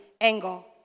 angle